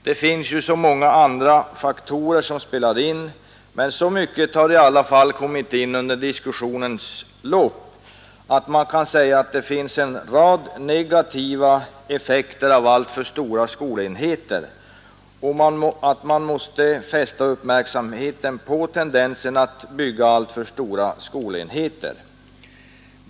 Det finns så många andra faktorer som spelar in, men så mycket har i alla fall kommit fram under diskussionens lopp att det finns en rad negativa effekter av alltför stora skolenheter och att man måste fästa uppmärksamheten på tendensen att bygga sådana skolenheter.